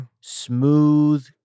smooth